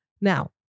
Now